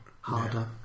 harder